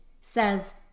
says